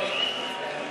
ההצעה